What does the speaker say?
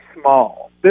small